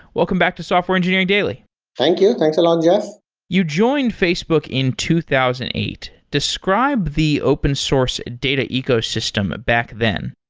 welcome back to software engineering daily thank you, thanks a lot jeff you joined facebook in two thousand and eight. describe the open source data ecosystem back then?